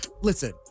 listen